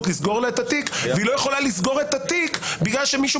לסגור לו את התיק והיא לא יכולה לסגור את התיק בגלל שמישהו